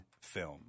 film